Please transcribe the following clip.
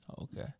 Okay